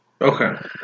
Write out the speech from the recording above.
okay